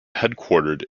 headquartered